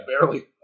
barely